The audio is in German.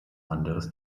anderes